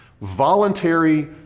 voluntary